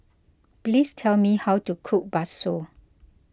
please tell me how to cook Bakso